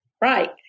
Right